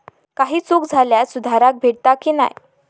काही चूक झाल्यास सुधारक भेटता की नाय?